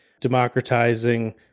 democratizing